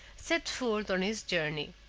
set forward on his journey.